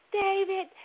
David